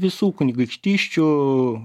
visų kunigaikštysčių